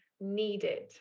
needed